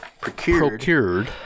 procured